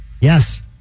Yes